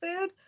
food